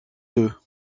deux